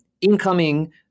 incoming